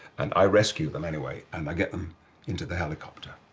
and i rescue them anyway and i get them into the helicopter.